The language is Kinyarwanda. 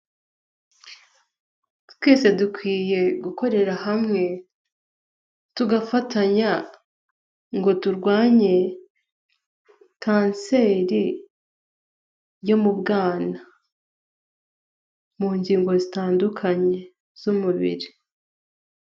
Twese dukwiye gukorera hamwe tugafatanya ngo turwanye kanseri yo mu bwana, mu ngingo zitandukanye z'umubiri.